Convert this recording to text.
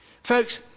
Folks